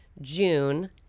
June